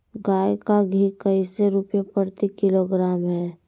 गाय का घी कैसे रुपए प्रति किलोग्राम है?